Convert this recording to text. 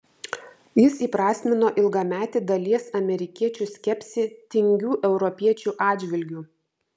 jis įprasmino ilgametį dalies amerikiečių skepsį tingių europiečių atžvilgiu